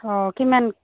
অঁ কিমান